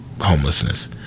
homelessness